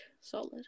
solid